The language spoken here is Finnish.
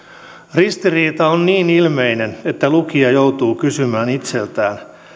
ristiriita on niin ilmeinen että lukija joutuu kysymään itseltään